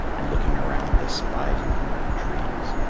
and looking around, they spied him among the trees.